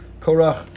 Korach